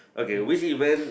okay which event